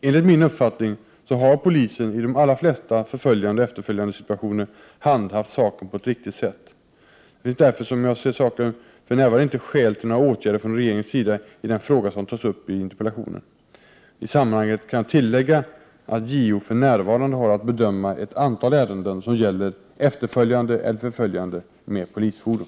Enligt min uppfattning har polisen i de allra flesta förföljandeoch efterföljandesituationer handhaft saken på ett riktigt sätt. Det finns därför, som jag ser saken, för närvarande inte skäl till några åtgärder från regeringens sida i den fråga som tas upp i interpellationen. I sammanhanget kan jag tillägga att JO för närvarande har att bedöma ett antal ärenden som gäller efterföljande eller förföljande med polisfordon.